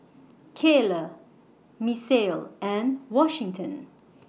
Cayla Misael and Washington